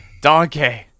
Donkey